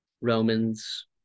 Romans